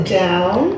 down